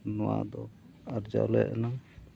ᱱᱚᱣᱟ ᱫᱚ ᱟᱨᱡᱟᱣᱞᱮ ᱮᱱᱟᱝ